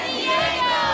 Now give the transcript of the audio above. Diego